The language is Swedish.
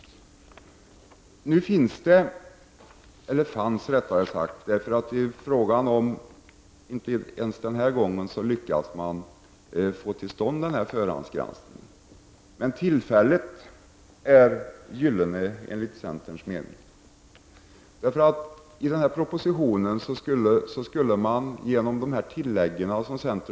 Man lyckas dock inte ens den här gången att få till stånd denna förhandsgranskning. Men tillfället är gyllene, enligt centerns mening. Genom de tilllägg till propositionen som centern föreslår skulle man få en enhetlig lagstiftning.